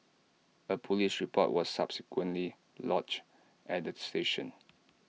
A Police report was subsequently lodged at the station